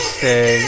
say